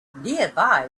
nearby